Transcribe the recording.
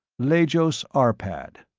lajos arpad.